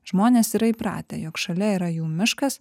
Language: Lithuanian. žmonės yra įpratę jog šalia yra jų miškas